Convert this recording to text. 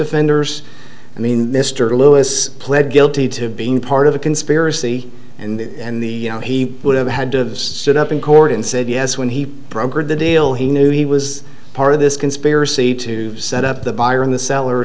offenders i mean mr lewis pled guilty to being part of a conspiracy and the he would have had to sit up in court and said yes when he brokered the deal he knew he was part of this conspiracy to set up the buyer in the cellar